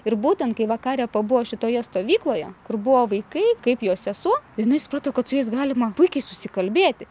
ir būtent kai vakarė pabuvo šitoje stovykloje kur buvo vaikai kaip jos sesuo ir jinai suprato kad su jais galima puikiai susikalbėti